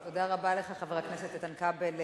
תודה רבה לך, חבר הכנסת איתן כבל.